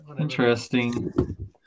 Interesting